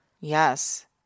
Yes